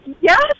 yes